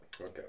Okay